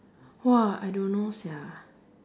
!wah! I don't know sia